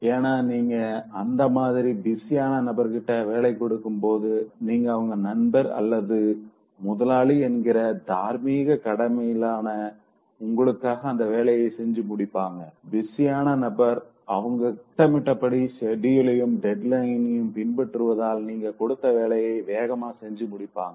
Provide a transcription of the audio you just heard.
ஏன்னா நீங்க அந்த மாதிரி பிஸியான நபர் கிட்ட வேலை கொடுக்கும்போது நீங்க அவங்க நண்பர் அல்லது முதலாளி என்கிற தார்மீக கடமையினால உங்களுக்காக அந்த வேலையை செஞ்சு முடிப்பாங்க பிஸியான நபர் அவங்க திட்டமிட்டபடி ஷெட்யூலையும் டெட்லைனையும் பின்பற்றுவதால நீங்க கொடுத்த வேலைய வேகமா செஞ்சு முடிப்பாங்க